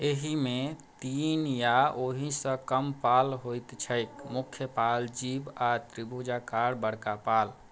एहिमे तीन या ओहिसँ कम पाल होइत छैक मुख्य पाल जिब आओर त्रिभुजाकार बड़का पाल